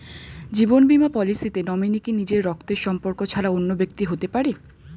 জীবন বীমা পলিসিতে নমিনি কি নিজের রক্তের সম্পর্ক ছাড়া অন্য ব্যক্তি হতে পারে?